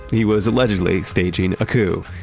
he was allegedly staging a coup.